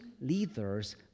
leaders